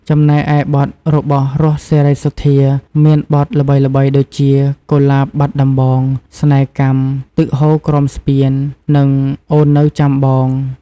ចំណែកឯបទរបស់ រស់ សេរីសុទ្ធា មានបទល្បីៗដូចជា កុលាបបាត់ដំបង ស្នេហ៍កម្ម ទឹកហូរក្រោមស្ពាន និងអូននៅចាំបង។